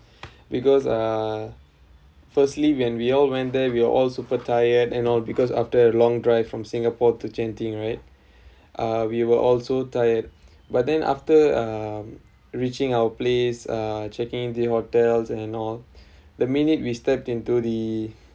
because uh firstly when we all went there we're all super tired and all because after a long drive from singapore to genting right uh we were also tired but then after um reaching our place uh checking in the hotels and all the minute we stepped into the